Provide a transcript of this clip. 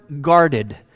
guarded